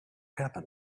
happen